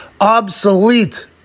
Obsolete